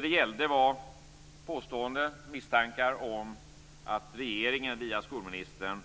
Det gällde påståenden och misstankar om att regeringen via skolministern